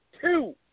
two